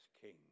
king